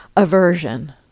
Aversion